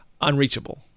unreachable